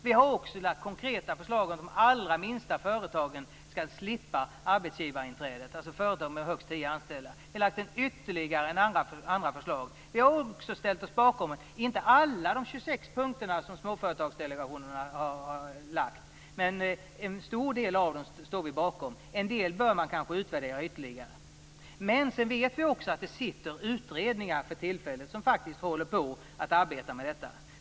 Vi har också lagt fram konkreta förslag om att de allra minsta företagen skall slippa arbetsgivarinträdet, alltså företag med högst tio anställda, och ytterligare ett antal förslag. Vi har inte ställt oss bakom alla de 26 punkterna som småföretagsdelegationen har föreslagit, men vi står bakom en stor del av dem. En del bör man kanske utvärdera ytterligare. Vi vet också att det nu sitter utredningar som arbetar med detta.